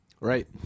Right